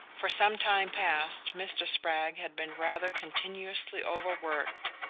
for some time past mr. spragg had been rather continuously overworked,